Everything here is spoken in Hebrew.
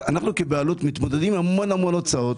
אנחנו כבעלות מתמודדים עם המון המון הוצאות